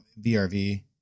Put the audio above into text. VRV